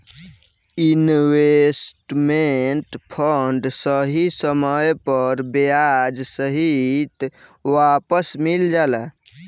investment fund सही समय पर ब्याज सहित वापस मिल जाला